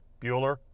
bueller